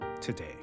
today